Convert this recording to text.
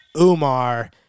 Umar